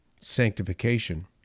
sanctification